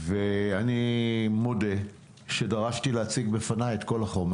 אני מודה שדרשתי להציג בפני את כול החומר